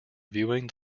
viewing